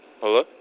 Hello